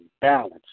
balance